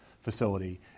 facility